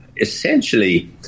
essentially